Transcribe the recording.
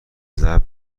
ضرب